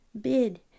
Bid